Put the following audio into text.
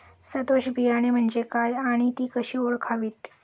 सदोष बियाणे म्हणजे काय आणि ती कशी ओळखावीत?